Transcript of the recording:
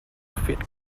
fit